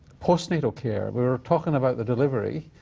postnatal care. we were talking about the delivery.